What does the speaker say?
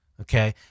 Okay